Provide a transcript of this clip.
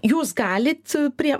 jūs galit prie